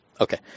Okay